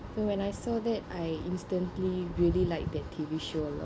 so when I saw that I instantly really liked that T_V show a